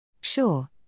Sure